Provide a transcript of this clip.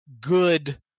good